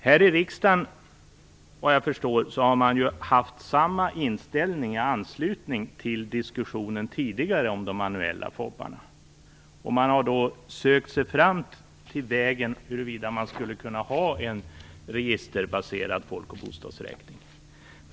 Här i riksdagen har man, såvitt jag förstår, haft samma inställning i anslutning till diskussionen tidigare om de manuella folk och bostadsräkningarna. Man har då sökt sig fram till vägen huruvida det skulle vara möjligt att ha en registerbaserad folk och bostadsräkning.